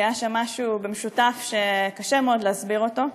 כי היה שם משהו משותף שקשה מאוד להסביר אותו.